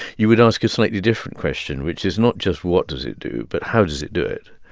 you would ask a slightly different question, which is not just what does it do? but how does it do it?